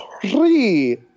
three